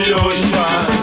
ocean